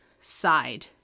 side